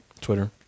Twitter